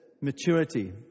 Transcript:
maturity